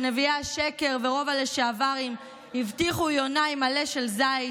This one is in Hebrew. נביאי השקר ורוב הלשעברים שהבטיחו יונה עם עלה של זית,